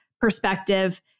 perspective